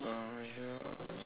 uh